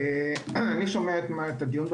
אני שומע את הדיון.